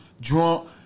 Drunk